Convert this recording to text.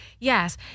yes